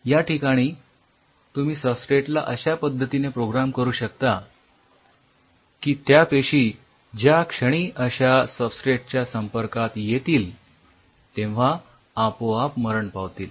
याठिकाणी तुम्ही सबस्ट्रेट ला अश्या पद्धतीने प्रोग्रॅम करू शकता की त्या पेशी ज्या क्षणी अश्या सबस्ट्रेट च्या संपर्कात येतील तेव्हा आपोआप मरण पावतील